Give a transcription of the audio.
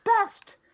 best